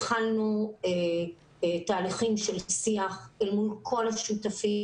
התחלנו תהליכים של שיח אל מול כל השותפים.